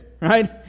right